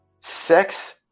sex